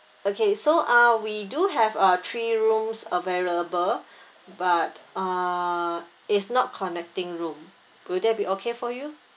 okay so uh we do have uh three rooms available but uh it's not connecting room will that be okay for you